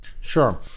Sure